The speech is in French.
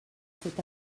cet